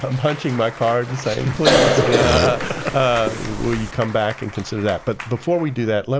um punching my card and saying, please, yeah will you come back and consider that? but before we do that, like